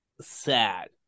sad